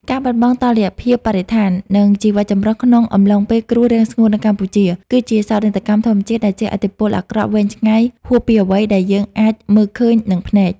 ការបាត់បង់តុល្យភាពបរិស្ថាន និងជីវចម្រុះក្នុងអំឡុងពេលគ្រោះរាំងស្ងួតនៅកម្ពុជា គឺជាសោកនាដកម្មធម្មជាតិដែលជះឥទ្ធិពលអាក្រក់វែងឆ្ងាយហួសពីអ្វីដែលយើងអាចមើលឃើញនឹងភ្នែក។